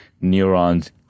neurons